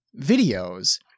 videos